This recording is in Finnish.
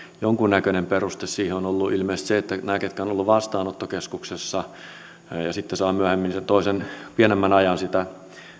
jonkunnäköinen peruste siihen on ollut ilmeisesti se että näiden kohdalla jotka ovat olleet vastaanottokeskuksessa ja sitten saavat myöhemmin sen toisen pienemmän ajan sitä